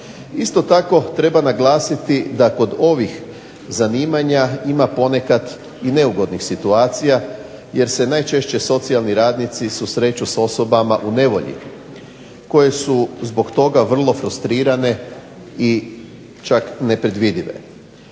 Isto tako treba naglasiti da kod ovih zanimanja ima ponekad i neugodnih situacija, jer se najčešće socijalni radnici susreću s osobama u nevolji koje su zbog toga vrlo frustrirane i čak nepredvidive.